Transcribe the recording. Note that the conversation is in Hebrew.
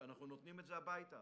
אנחנו נותנים את זה הביתה.